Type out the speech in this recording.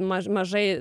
maž mažai